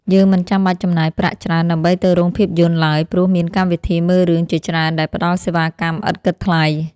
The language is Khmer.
យើងមិនចាំបាច់ចំណាយប្រាក់ច្រើនដើម្បីទៅរោងភាពយន្តឡើយព្រោះមានកម្មវិធីមើលរឿងជាច្រើនដែលផ្ដល់សេវាកម្មឥតគិតថ្លៃ។